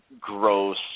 gross